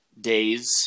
days